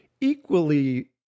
equally